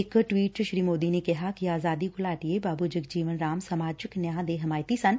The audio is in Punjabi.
ਇਕ ਟਵੀਟ ਚ ਸ੍ਰੀ ਮੋਦੀ ਨੇ ਕਿਹਾ ਕਿ ਆਜ਼ਾਦੀ ਘੁਲਾਟੀਏ ਬਾਬੂ ਜਗਜੀਵਨ ਰਾਮ ਸਮਾਜਿਕ ਨਿਆਂ ਦੇ ਹਮਾਇਤੀ ਸਨ